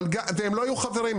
והם לא היו חברים,